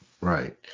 right